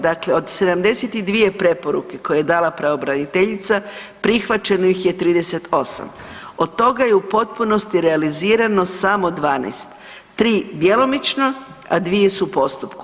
Dakle, od 72 preporuke koje je dala pravobraniteljica prihvaćeno ih je 38, od toga je u potpunosti realizirano samo 12, 3 djelomično, a 2 su u postupku.